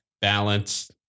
balance